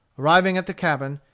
arriving at the cabin,